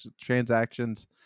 transactions